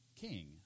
king